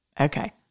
Okay